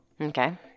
Okay